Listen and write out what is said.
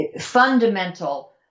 Fundamental